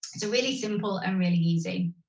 so really simple and really easy.